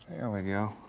we go.